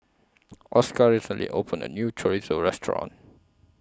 Oscar recently opened A New Chorizo Restaurant